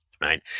right